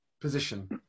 position